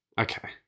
Okay